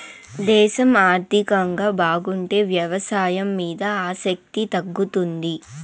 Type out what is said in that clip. దేశం ఆర్థికంగా బాగుంటే వ్యవసాయం మీద ఆసక్తి తగ్గుతుంది